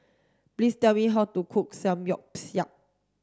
please tell me how to cook Samgyeopsal